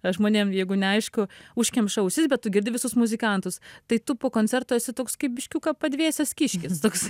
žmonėm jeigu neaišku užkemša ausis bet tu girdi visus muzikantus tai tu po koncerto esi toks kaip biškiuką padvėsęs kiškis toks